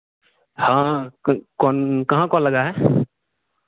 हाँ कौन कहाँ कॉल लगा है